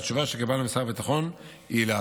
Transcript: התשובה שקיבלנו משר הביטחון היא על